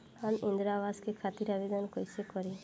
हम इंद्रा अवास के खातिर आवेदन कइसे करी?